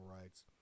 rights